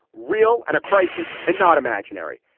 real and a crisis and not imaginary.